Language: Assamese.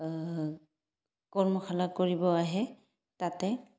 কৰ্মশালা কৰিব আহে তাতে